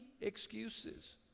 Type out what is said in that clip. excuses